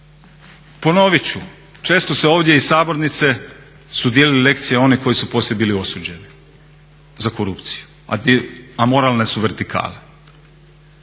Ponovit ću, često se ovdje iz sabornice su dijelili lekcije oni koji su poslije bili osuđeni za korupciju, a moralne su vertikale.